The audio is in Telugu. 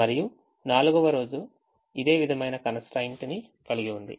మరియు 4వ రోజు ఇదే విధమైన constraint ని కలిగి ఉంది